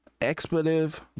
expletive